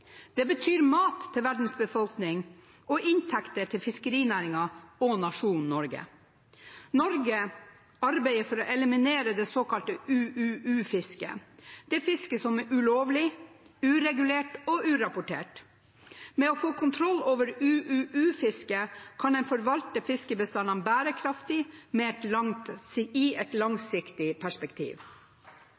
Det betyr mat til verdens befolkning og inntekter til fiskerinæringen og nasjonen Norge. Norge arbeider for å eliminere det såkalte UUU-fisket, det fisket som er ulovlig, uregulert og urapportert. Ved å få kontroll over UUU-fisket kan en forvalte fiskebestandene bærekraftig i et langsiktig perspektiv.